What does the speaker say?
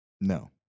No